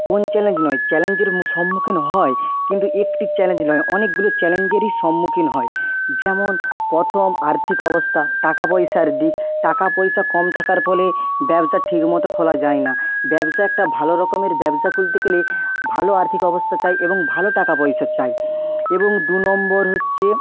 কোন চ্যালেঞ্জ নয় চ্যালেঞ্জের সম্মুখীন হয় কিন্তু একটি চ্যালেঞ্জ নয় অনেকগুলো চ্যালেঞ্জেরই সম্মুখীন হয় যেমন প্রথম আর্থিক অবস্থা টাকাপয়সার দিক টাকাপয়সা কম থাকার ফলে ব্যবসা ঠিকমতো খোলা যায় না ব্যবসা একটা ভালোরকমের ব্যবসা খুলতে গেলে ভালো আর্থিক অবস্থা চাই এবং ভালো টাকাপয়সা চাই এবং দু নম্বর হচ্ছে